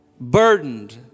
Burdened